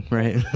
right